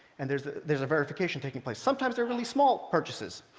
and there's there's a verification taking place. sometimes they're really small purchases.